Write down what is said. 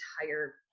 entire